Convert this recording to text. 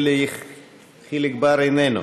של חיליק בר, איננו.